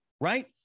Right